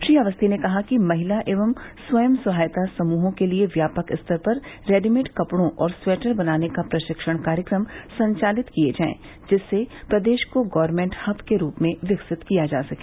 श्री अवस्थी ने कहा कि महिला स्वयं सहायता समूहों के लिए व्यापक स्तर पर रेडिमेड कपड़ों और स्वेटर बनाने का प्रशिक्षण कार्यक्रम संचालित किए जाएं जिससे प्रदेश को गारमेन्ट हब के रूप में विकसित किया जा सके